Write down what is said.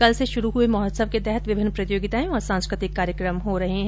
कल से शुरु हुए महोत्सव के तहत विभिन्न प्रतियोगिताए और सांस्कृतिक कार्यक्रम हो रहे हैं